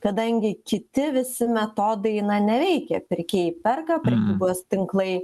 kadangi kiti visi metodai na neveikia pirkėjai perka prekybos tinklai